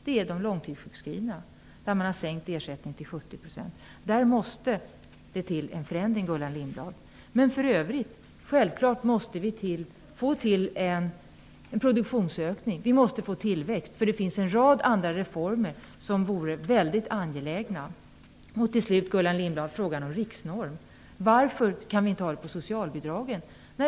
Det är extremt orättvist att man har sänkt ersättningen till 70 %. Det måste till en förändring, Självfallet måste vi få i gång en produktionsökning. Vi måste få en tillväxt. Det finns nämligen en rad andra reformer som är väldigt angelägna. Till sist, Gullan Lindblad, skall jag ta upp frågan om en riksnorm. Varför kan vi inte ha det när det gäller socialbidragen.